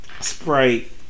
Sprite